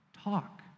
talk